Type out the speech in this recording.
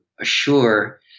assure